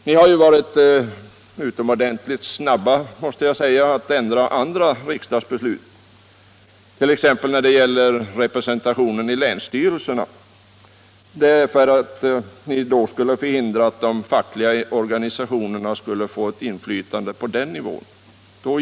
Ni har ju varit utomordentligt snabba att ändra andra riksdagsbeslut, t.ex. när det gäller representationen i länsstyrelserna, för att därigenom förhindra att de fackliga organisationerna fick inflytande på den nivån.